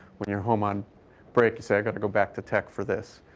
when you're home on break, you say, i've got to go back to tech for this.